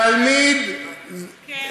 תלמיד, כן.